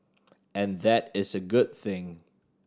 and that is a good thing